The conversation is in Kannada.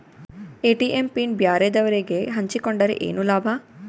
ಎ.ಟಿ.ಎಂ ಪಿನ್ ಬ್ಯಾರೆದವರಗೆ ಹಂಚಿಕೊಂಡರೆ ಏನು ಲಾಭ?